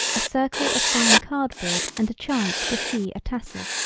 a circle of fine card board and a chance to see a tassel.